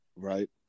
Right